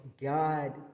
God